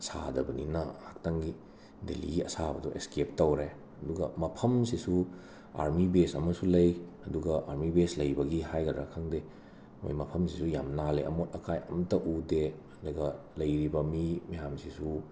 ꯁꯥꯗꯕꯅꯤꯅ ꯉꯍꯥꯛꯇꯪꯒꯤ ꯗꯦꯂꯤꯒꯤ ꯑꯁꯥꯕꯗꯨ ꯑꯦꯁꯀꯦꯞ ꯇꯧꯔꯦ ꯑꯗꯨꯒ ꯃꯐꯝꯁꯤꯁꯨ ꯑꯥꯔꯃꯤ ꯕꯦꯁ ꯑꯃꯁꯨ ꯂꯩ ꯑꯗꯨꯒ ꯑꯥꯔꯃꯤ ꯕꯦꯁ ꯂꯩꯕꯒꯤ ꯍꯥꯏꯒꯗ꯭ꯔꯥ ꯈꯪꯗꯦ ꯃꯣꯏ ꯃꯐꯝꯁꯤꯁꯨ ꯌꯥꯝ ꯅꯥꯜꯂꯦ ꯑꯃꯣꯠ ꯑꯀꯥꯏ ꯑꯝꯇ ꯎꯗꯦ ꯑꯗꯨꯒ ꯂꯩꯔꯤꯕ ꯃꯤ ꯃꯌꯥꯝꯁꯤꯁꯨ